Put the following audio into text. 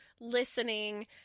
listening